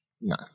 no